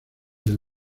del